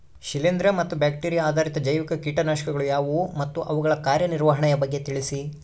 ಶಿಲೇಂದ್ರ ಮತ್ತು ಬ್ಯಾಕ್ಟಿರಿಯಾ ಆಧಾರಿತ ಜೈವಿಕ ಕೇಟನಾಶಕಗಳು ಯಾವುವು ಮತ್ತು ಅವುಗಳ ಕಾರ್ಯನಿರ್ವಹಣೆಯ ಬಗ್ಗೆ ತಿಳಿಸಿ?